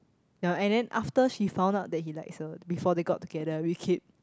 ya and then after she found out that he likes her before they got together we keep